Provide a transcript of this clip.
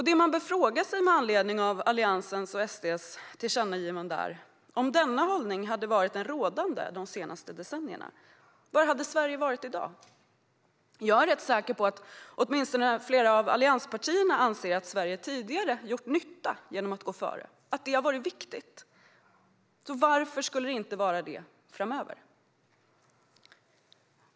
Det man bör fråga sig med anledning av Alliansens och SD:s tillkännagivanden är: Var hade Sverige varit i dag om denna hållning hade varit den rådande de senaste decennierna? Jag är rätt säker på att åtminstone flera av allianspartierna anser att Sverige tidigare har gjort nytta genom att gå före och att det har varit viktigt. Varför skulle det inte vara det framöver?